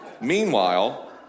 Meanwhile